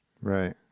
Right